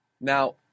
Now